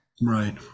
right